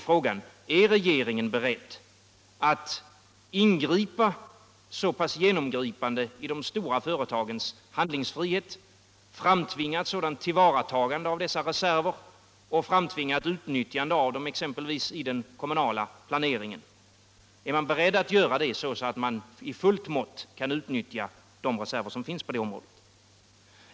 Frågan är då om regeringen är beredd att så pass kraftigt ingripa i de stora företagens handlingsfrihet för att tillvarata dessa reserver, att man i den kommunala planeringen kan utnyttja dem fullt ut.